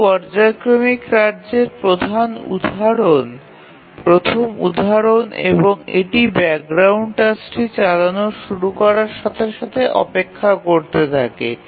এটি পর্যায়ক্রমিক কার্যের প্রথম উদাহরণ এবং এটি ব্যাকগ্রাউন্ড টাস্কটি চালানো শুরু করার সাথে সাথে অপেক্ষা করতে থাকে